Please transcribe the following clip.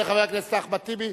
תודה רבה לחבר הכנסת אחמד טיבי.